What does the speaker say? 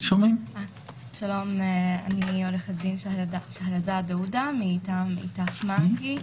שלום, אני מטעם איתך מעכי,